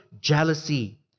jealousy